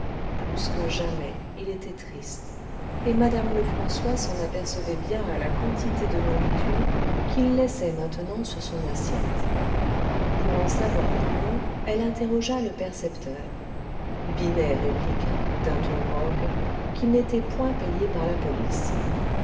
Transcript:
plus que jamais il était triste et madame lefrançois s'en apercevait bien à la quantité de nourriture qu'il laissait maintenant sur son assiette pour en savoir plus long elle interrogea le percepteur binet répliqua d'un ton rogue qu'il n'était point payé par la police